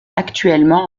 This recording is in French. actuellement